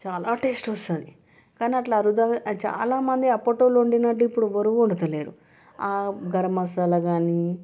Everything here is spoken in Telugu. చాలా టేస్ట్ వస్తుంది కానీ అలా అరుదుగా చాలామంది అప్పటి వాళ్ళు వండినట్టు ఇప్పుడు ఎవరూ వండటం లేదు గరం మసాలా కానీ